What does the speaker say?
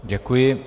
Děkuji.